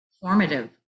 formative